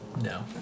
No